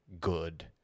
good